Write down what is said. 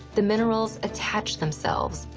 the minerals attach themselves,